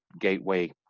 gateway